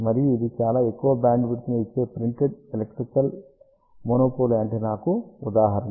మరియు ఇది చాలా ఎక్కువ బ్యాండ్విడ్త్ ని ఇచ్చే ప్రింటెడ్ ఎలక్ట్రికల్ మోనోపోల్ యాంటెన్నాకు ఉదాహరణ